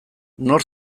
nor